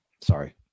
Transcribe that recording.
sorry